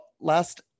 last